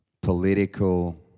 political